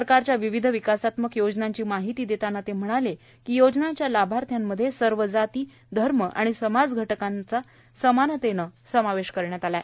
सरकारच्या विविध विकासात्मक योजनांची माहिती देतांना ते म्हणाले की योजनांच्या लाभार्थ्यानमध्ये सर्व जाती धर्म आणि समाजघटकांचा समानतेनं समावेश करण्यात आला आहे